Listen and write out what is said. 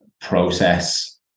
process